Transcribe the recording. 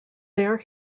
there